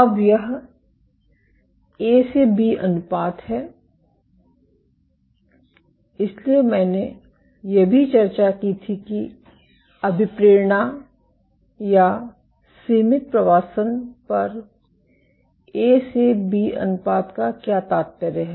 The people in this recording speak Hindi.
अब यह ए से बी अनुपात है इसलिए मैंने यह भी चर्चा की थी कि अभिप्रेरणा या सीमित प्रवासन पर ए से बी अनुपात का क्या तात्पर्य है